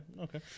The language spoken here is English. Okay